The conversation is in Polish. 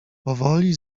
powoli